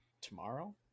tomorrow